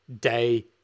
day